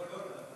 לא לא,